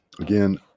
Again